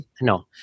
no